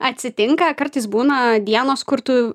atsitinka kartais būna dienos kur tu